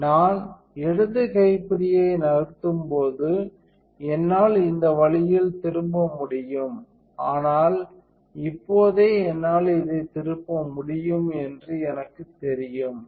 நான் இடது கைப்பிடியை நகர்த்தும்போது என்னால் இந்த வழியில் திரும்ப முடியும் ஆனால் இப்போதே என்னால் இதைத் திருப்ப முடியும் என்று எனக்குத் தெரியும்